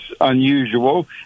unusual